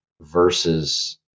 versus